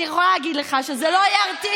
אני יכולה להגיד לך שזה לא ירתיע,